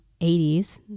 80s